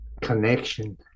connection